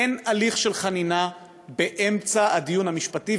אין הליך של חנינה באמצע הדיון המשפטי,